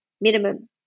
minimum